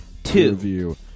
Two